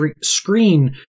screen